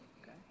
Okay